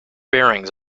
bearings